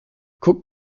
guck